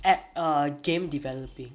app uh game developing